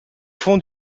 fond